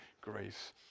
grace